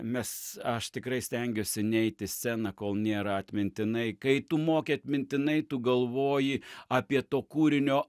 mes aš tikrai stengiuosi neiti į sceną kol nėra atmintinai kai tu moki atmintinai tu galvoji apie to kūrinio